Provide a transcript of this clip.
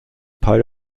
part